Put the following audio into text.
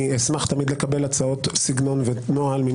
אני אשמח תמיד לקבל הצעות סגנון ונוהל.